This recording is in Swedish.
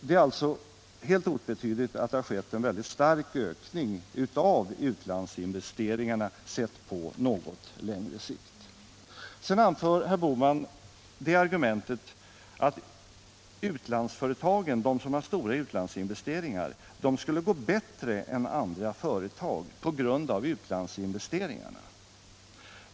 Det är alltså helt otvetydigt att det har skett en stark ökning av utlandsinvesteringarna, sett på något längre sikt. Sedan anför herr Bohman det argumentet att de företag som har stora utlandsinvesteringar skulle gå bättre än andra företag på grund av utlandsinvesteringarna.